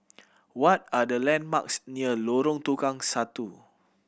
what are the landmarks near Lorong Tukang Satu